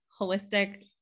holistic